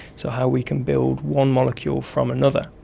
so how we can build one molecule from another.